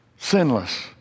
sinless